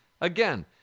again